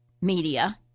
media